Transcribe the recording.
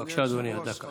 בבקשה, אדוני, עד דקה.